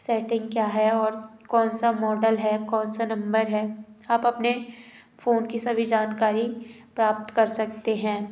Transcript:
setting क्या है और कौन सा मॉडल है कौन सा नंबर है आप अपने फोन की सभी जानकारी प्राप्त कर सकते हैं